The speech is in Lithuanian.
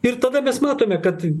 ir tada mes matome kad